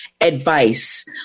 advice